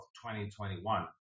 2021